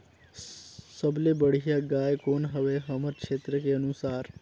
सबले बढ़िया गाय कौन हवे हमर क्षेत्र के अनुसार?